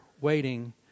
waiting